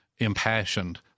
impassioned